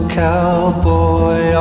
cowboy